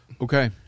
Okay